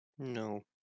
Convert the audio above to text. No